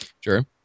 Sure